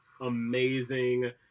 amazing